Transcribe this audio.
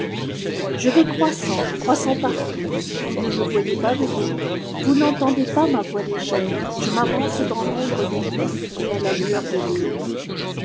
je vais croissant croissant partout vous ne me voyez pas venir vous n'entendez pas ma voix légère je m'avance dans l'ombre des nuits et à la lueur de taube